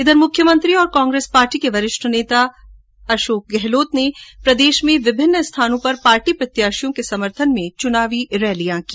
इधर मुख्यमंत्री और कांग्रेस पार्टी के वरिष्ठ नेता अशोक गहलोत ने आज प्रदेश में विभिन्न स्थानों पर पार्टी प्रत्याशियों के समर्थन में चुनावी सभायें की